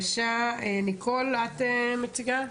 ניקול, את מציגה?